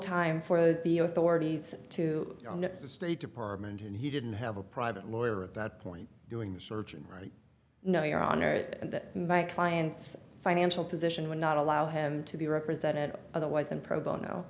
time for the authorities to the state department and he didn't have a private lawyer at that point doing the searching right no your honor and that my client's financial position would not allow him to be represented otherwise and pro